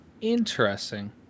Interesting